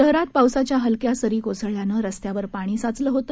शहरात पावसाच्या हलक्या सरी कोसळल्याने रस्त्यावर पाणी साचले होते